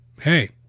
hey